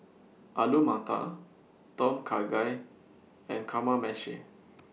Alu Matar Tom Kha Gai and Kamameshi